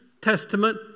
Testament